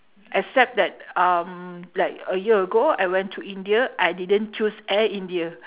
except that um like a year ago I went to india I didn't choose air india